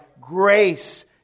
grace